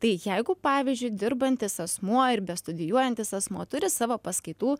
tai jeigu pavyzdžiui dirbantis asmuo ir bestudijuojantis asmuo turi savo paskaitų